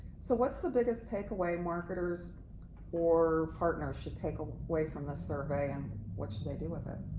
so what's the biggest takeaway marketers or partners should take um away from the survey and what should they do with it?